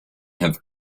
have